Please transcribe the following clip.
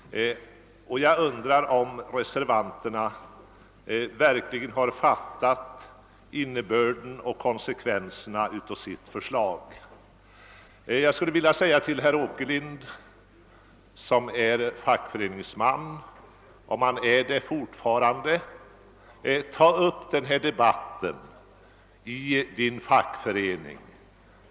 Jag undrar om reservanterna verkligen har fattat innebörden och konsekvenserna av sitt förslag. Jag vill till herr Åkerlind, som väl fortfarande är fackföreningsman, säga att han borde ta upp denna debatt i sin fackförening.